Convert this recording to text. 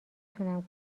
تونم